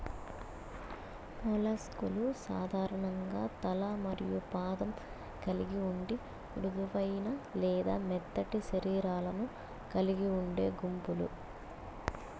mollusc లు సాధారణంగా తల మరియు పాదం కలిగి ఉండి మృదువైన లేదా మెత్తటి శరీరాలను కలిగి ఉండే గుంపులు